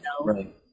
Right